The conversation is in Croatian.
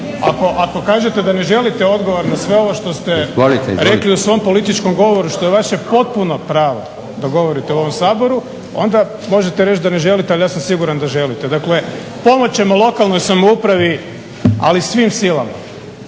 Ako kažete da ne želite odgovor na sve ovo što ste rekli u svom političkom govoru što je vaše potpuno pravo da govorite u ovom Saboru, onda možete reći da ne želite, ali ja sam siguran da želite. Dakle, pomoć ćemo lokalnoj samoupravi ali svim silama.